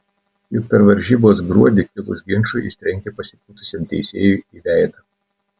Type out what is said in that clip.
juk per varžybas gruodį kilus ginčui jis trenkė pasipūtusiam teisėjui į veidą